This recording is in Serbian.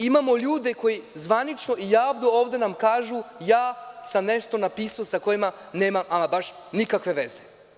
Imamo ljude koji zvanično i javno nam kažu – ja sam nešto napisao sa kojim nemam ama baš nikakve veze.